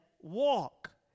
walk